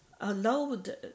allowed